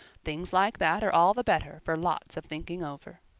things like that are all the better for lots of thinking over.